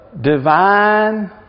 divine